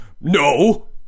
no